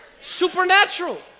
Supernatural